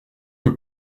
que